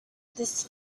this